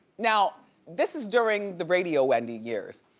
now this is during the radio wendy years.